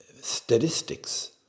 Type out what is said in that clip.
statistics